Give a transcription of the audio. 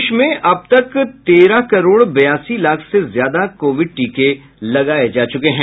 देश में अब तक तेरह करोड़ बयासी लाख से ज्यादा कोविड टीके लगाए जा चुके हैं